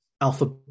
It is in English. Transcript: alpha